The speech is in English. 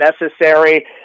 necessary